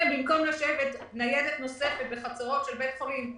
במקום ניידת נוספת שיושבת בחצרות של בית חולים,